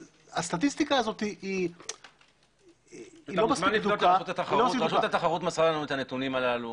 הסטטיסטיקה הזאת- -- רשות התחרות מסרה לנו את הנתונים הללו.